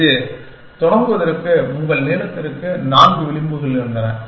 இது தொடங்குவதற்கு உங்கள் நீளத்திற்கு நான்கு விளிம்புகள் இருந்தன